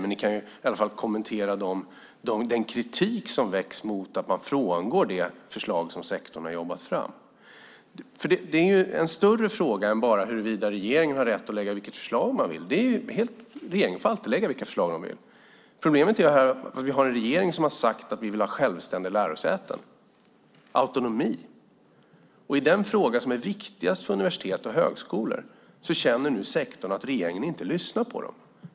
Men ni kan i varje fall kommentera den kritik som väcks mot att man frångår det förslag som sektorn har jobbat fram. Det är en större fråga än huruvida regeringen har rätt att lägga fram vilket förslag man vill. Regeringen får alltid lägga fram de förslag man vill. Problemet är att vi har en regering som vill ha självständiga lärosäten och autonomi. I den fråga som är viktigast för universitet och högskolor känner nu sektorn att regeringen inte lyssnar på den.